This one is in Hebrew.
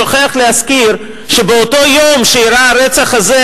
שוכח להזכיר שבאותו יום שאירע הרצח הזה,